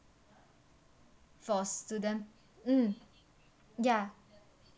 for student mm ya